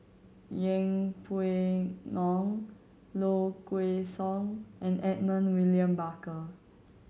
Yeng Pway Ngon Low Kway Song and Edmund William Barker